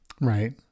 Right